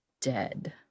dead